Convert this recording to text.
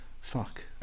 Fuck